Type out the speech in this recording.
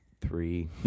Three